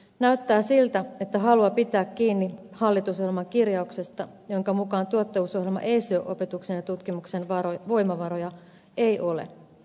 näyttää siltä että halua pitää kiinni hallitusohjelman kirjauksesta jonka mukaan tuottavuusohjelma ei sido opetuksen ja tutkimuksen voimavaroja ei ole